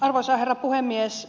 arvoisa herra puhemies